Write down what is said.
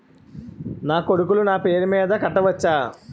నా కొడుకులు నా పేరి మీద కట్ట వచ్చా?